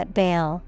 bail